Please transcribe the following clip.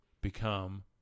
become